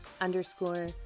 underscore